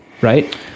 right